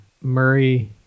Murray